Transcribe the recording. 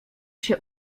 się